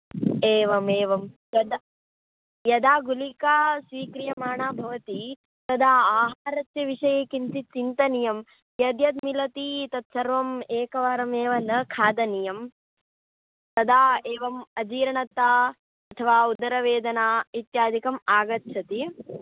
एवमेवं तद् यदा गुलिका स्वीक्रियमाणा भवति तदा आहारस्य विषये किञ्चित् चिन्तनीयं यद्यद्मिलति तत्सर्वम् एकवारमेव न खादनीयं तदा एवम् अजीर्णता अथवा उदरवेदना इत्यादिकम् आगच्छति